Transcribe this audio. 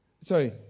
sorry